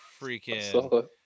freaking